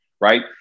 right